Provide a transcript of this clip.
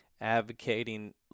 advocating